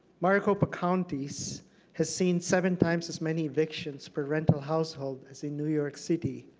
maricopa county so has seen seven times as many evictions per rental household as in new york city.